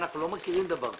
אנחנו לא מכירים דבר כזה.